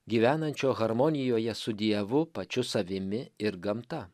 gyvenančio harmonijoje su dievu pačiu savimi ir gamta